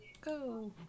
Go